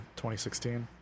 2016